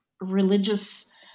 religious